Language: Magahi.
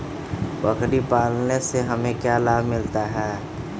बकरी पालने से हमें क्या लाभ मिलता है?